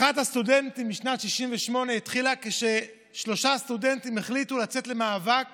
מחאת הסטודנטים בשנת 1968 התחילה כשלושה סטודנטים החליטו לצאת למאבק